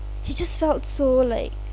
he just felt so like